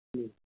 جی